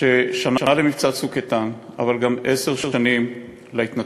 ששנה למבצע "צוק איתן", אבל גם עשר שנים להתנתקות.